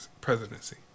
presidency